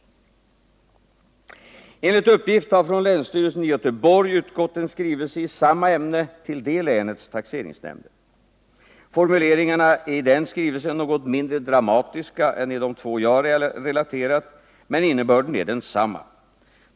Enligt uppgift har från länsstyrelsen i Göteborg utgått en skrivelse i samma ämne till detta läns taxeringsnämnder. Formuleringarna är i den skrivelsen något mindre dramatiska än i de två jag har relaterat, men innebörden är densamma.